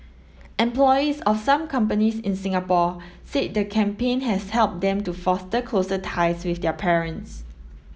employees of some companies in Singapore said the campaign has helped them to foster closer ties with their parents